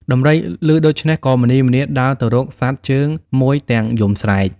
ដំរីឮដូច្នេះ ក៏ម្នីម្នាដើរទៅរកសត្វជើងមួយទាំងយំស្រែក។